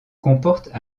comportent